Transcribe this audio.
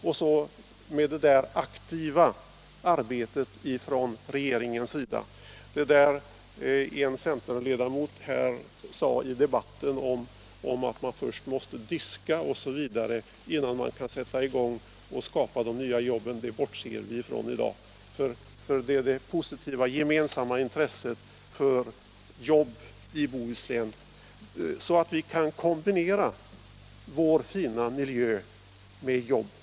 Och så hoppas vi på det där aktiva arbetet från regeringens sida. Det som en centerledamot nyss sade i debatten, att man först måste diska osv. innan man kan sätta i gång och skapa de nya jobben, bortser vi ifrån i dag. Det är det positiva gemensamma intresset för jobb i Bohuslän som kan ge resultat, så att vi kan kombinera vår fina miljö med jobb.